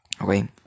okay